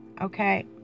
okay